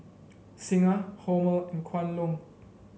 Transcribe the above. Singha Hormel and Kwan Loong